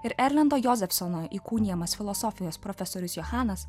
ir erleno jozefsono įkūnijamas filosofijos profesorius johanas